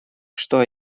что